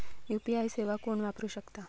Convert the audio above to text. UPI सेवा कोण वापरू शकता?